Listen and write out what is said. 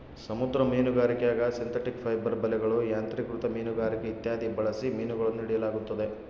ಸಮುದ್ರ ಮೀನುಗಾರಿಕ್ಯಾಗ synthetic fibre ಬಲೆಗಳು, ಯಾಂತ್ರಿಕೃತ ಮೀನುಗಾರಿಕೆ ಇತ್ಯಾದಿ ಬಳಸಿ ಮೀನುಗಳನ್ನು ಹಿಡಿಯಲಾಗುತ್ತದೆ